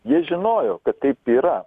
jie žinojo kad taip yra